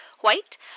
white